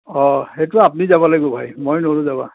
অ সেইটো আপুনি যাব লাগিব ভাই মই নোৱাৰোঁ যাব